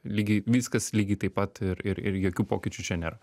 lygiai viskas lygiai taip pat ir ir ir jokių pokyčių čia nėra